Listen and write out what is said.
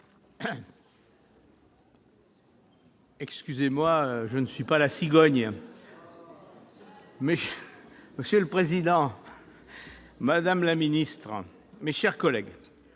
Pardonnez-moi : je ne suis pas une cigogne ... Monsieur le président, madame la ministre, mes chers collègues,